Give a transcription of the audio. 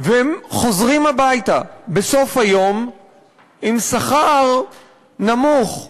והם חוזרים הביתה בסוף היום עם שכר נמוך,